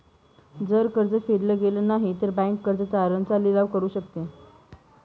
जर कर्ज फेडल गेलं नाही, तर बँक कर्ज तारण चा लिलाव करू शकते